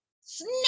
snap